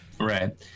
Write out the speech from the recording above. Right